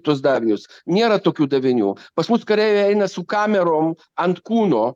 tuos davinius nėra tokių davinių pas mus kareiviai eina su kamerom ant kūno